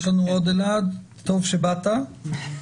בבקשה.